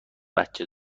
بچه